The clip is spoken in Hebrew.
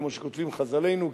כמו שכותבים חז"לינו,